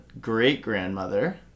great-grandmother